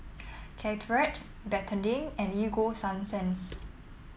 Caltrate Betadine and Ego Sunsense